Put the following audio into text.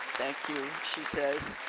thank you, she says.